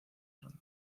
ronda